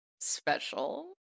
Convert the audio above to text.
special